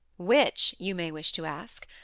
which, you may wish to ask?